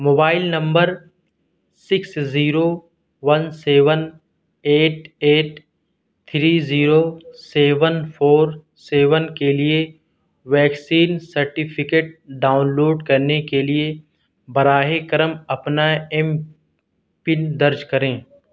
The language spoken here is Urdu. mobile number six zero one seven eight eight three zero seven four seven کے لیے ویکسین سرٹیفکیٹ ڈاؤن لوڈ کرنے کے لیے براہ کرم اپنا ایم پن درج کریں